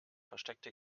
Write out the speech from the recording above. versteckte